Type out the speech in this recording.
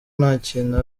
ntakintu